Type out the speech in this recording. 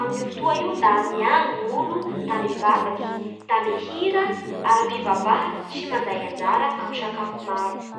Amin'io fotoa io da miango ny olo da mivavaky da mihira aram-pivavahasy mandray anjara amin'ny sakafo maro